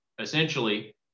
essentially